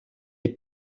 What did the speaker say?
est